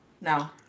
no